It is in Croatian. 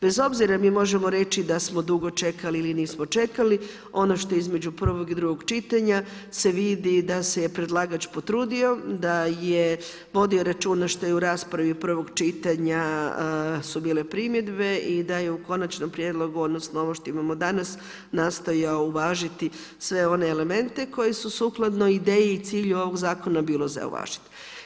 Bez obzira jer mi možemo reći, da smo dugo čekali ili nismo čekali, ono što je između prvog i drugog čitanja, se vidi da se je predlagač potrudio, da je vodio računa što je u raspravi u prvog čitanja su bile primjedbe i da je u konačnom prijedlogu, odnosno, ono što imamo danas, nastojao uvažiti sve one elemente, koji su sukladno ideji i cilju ovog zakona, bilo za uvažiti.